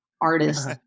artist